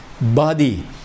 body